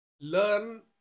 learn